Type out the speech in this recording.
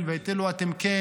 ואת אלו אתם כן,